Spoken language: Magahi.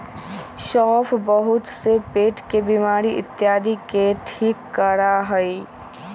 सौंफ बहुत से पेट के बीमारी इत्यादि के ठीक करा हई